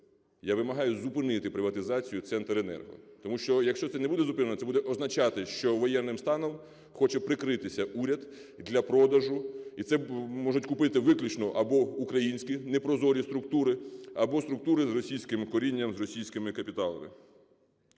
Я вимагаю зупинити приватизацію "Центренерго", тому що якщо це не буде зупинено, це буде означати, що воєнним станом хоче прикритися уряд для продажу. І це можуть купити виключно або українські непрозорі структури, або структури з російським корінням, з російськими капіталами.